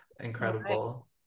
Incredible